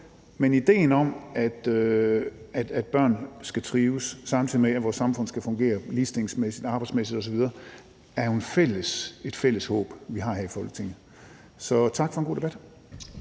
Men idéen om, at børn skal trives, samtidig med at vores samfund skal fungere ligestillingsmæssigt, arbejdsmæssigt osv., er jo et fælles håb, vi har her i Folketinget. Så tak for en god debat.